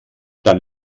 dann